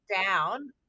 down